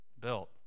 built